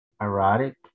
erotic